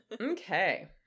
Okay